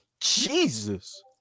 Jesus